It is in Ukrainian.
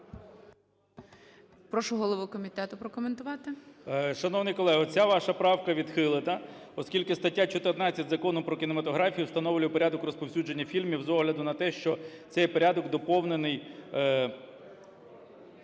Прошу голову комітету прокоментувати. 13:23:33 КНЯЖИЦЬКИЙ М.Л. Шановний колего, ця ваша правка відхилена, оскільки стаття 14 Закону "Про кінематографію" встановлює порядок розповсюдження фільмів з огляду на те, що цей порядок доповнений